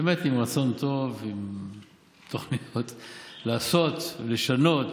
באמת עם רצון טוב, עם תוכניות לעשות, לשנות